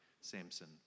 Samson